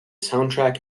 soundtrack